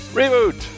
Reboot